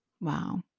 Wow